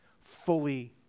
fully